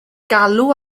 galw